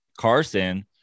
carson